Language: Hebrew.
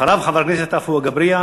אחריו, חבר הכנסת עפו אגבאריה,